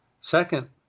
Second